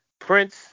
Prince